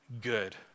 good